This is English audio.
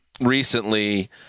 recently